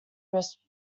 risked